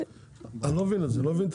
אני לא מבין את